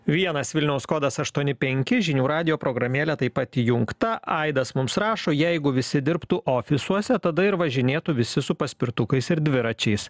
vienas vilniaus kodas aštuoni penki žinių radijo programėlė taip pat įjungta aidas mums rašo jeigu visi dirbtų ofisuose tada ir važinėtų visi su paspirtukais ir dviračiais